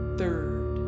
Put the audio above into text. third